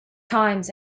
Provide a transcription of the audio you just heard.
times